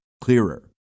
clearer